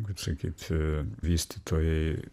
kaip sakyt vystytojai